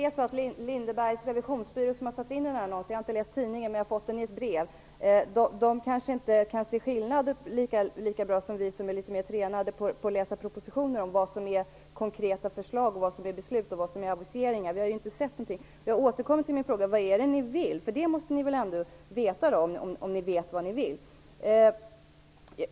Fru talman! Lindebergs revisionsbyrå, som har satt in den här annonsen - jag har inte läst tidningen, men jag har fått annonsen i ett brev - kanske inte är lika bra som vi som är litet mer tränade att läsa propositioner att se skillnad mellan vad som är konkreta förslag, vad som är beslut och vad som är aviseringar. Vi har ju inte sett något. Jag återkommer till min fråga: Vad är det ni vill? Det måste ni väl ändå veta.